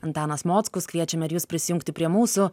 antanas mockus kviečiame ir jus prisijungti prie mūsų